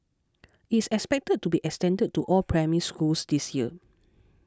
it is expected to be extended to all Primary Schools this year